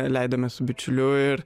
leidome su bičiuliu ir